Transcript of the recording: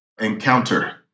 encounter